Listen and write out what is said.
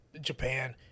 japan